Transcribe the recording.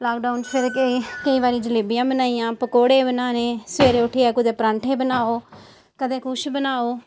lockdown च फिर केईं केईं बारी जलेबियां बनाइयां पकौड़़े बनाने सबेरे उट्ठियै कुतै परांठे बनाओ कदें कुछ बनाओ